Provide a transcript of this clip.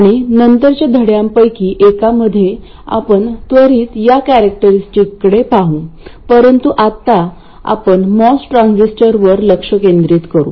आणि नंतरच्या धड्यांपैकी एकामध्ये आपण त्वरित त्या कॅरेक्टरस्टिककडे पाहू परंतु आता आपण मॉस ट्रान्झिस्टरवर लक्ष केंद्रित करू